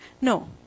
No